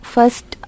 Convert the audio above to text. First